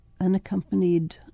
unaccompanied